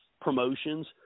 promotions